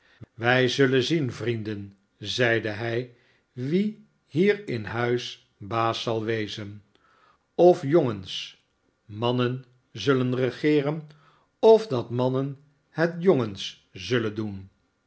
wij zullen zien vrienden zeide hij wie hier in huis baaszal wezen of jongens mannen zullen regeeren of dat mannen het jongens zullen doen